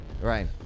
Right